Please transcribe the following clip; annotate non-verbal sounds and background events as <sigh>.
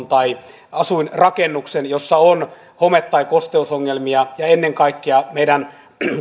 <unintelligible> tai asuinrakennuksen jossa on home tai kosteusongelmia kuin ennen kaikkea meidän